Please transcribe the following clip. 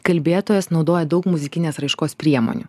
kalbėtojas naudoja daug muzikinės raiškos priemonių